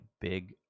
big